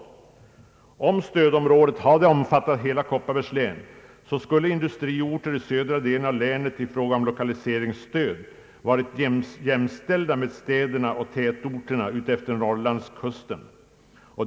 Hade stödområdet omfattat hela Kopparbergs län skulle industriorter i södra delen av länet i fråga om lokaliseringsstöd ha varit jämställda med städerna och tätorterna utefter Norrlandskusten.